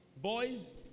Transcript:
Boys